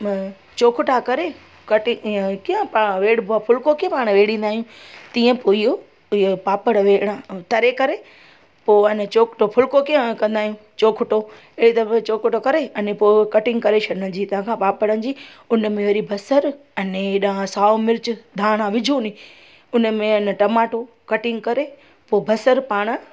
म चोकटा करे कटे ईअं कीअं पाणि वेड़िबो आहे फुलको कीअं पाणि वेड़िंदा आहियूं तीअं पोइ इहो इअ पापड़ वेड़ा ऐं तरे करे पोइ अने चोकटो फुलको कीअं कंदा आयूं चोकटो ॿिए दफ़े चोकटो करे अने पोइ कटिंग करे छॾण जी हितां खां पापड़नि जी हुन में वरी बसर अने हेॾा साओ मिर्च धाणा विझो नी हुन में अन टमाटो कटिंग करे पोइ बसर पाणि